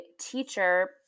teacher